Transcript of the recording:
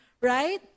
right